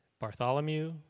Bartholomew